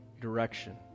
direction